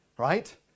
Right